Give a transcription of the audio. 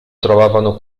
trovavano